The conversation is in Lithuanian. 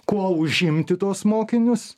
kuo užimti tuos mokinius